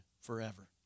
forever